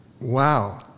Wow